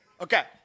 Okay